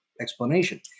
explanation